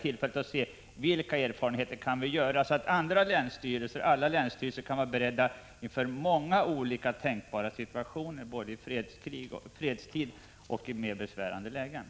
Räknar ni med att USA kommer att använda FFV:s granatgevär AT-4 i sina offensiva ”brandkårsstyrkor” och anses i så fall exporten förenlig med riksdagens riktlinjer för krigsmaterielexport?